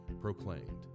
proclaimed